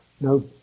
no